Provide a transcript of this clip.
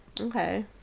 Okay